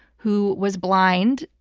who was blind,